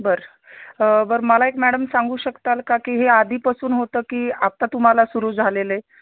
बरं बरं मला एक मॅडम सांगू शकताल का की हे आधीपासून होतं की आत्ता तुम्हाला सुरू झालेले आहे